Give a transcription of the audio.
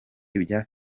ibya